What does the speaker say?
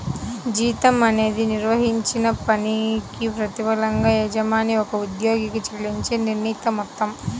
జీతం అనేది నిర్వర్తించిన పనికి ప్రతిఫలంగా యజమాని ఒక ఉద్యోగికి చెల్లించే నిర్ణీత మొత్తం